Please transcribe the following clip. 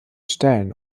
stellen